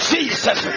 Jesus